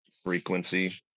Frequency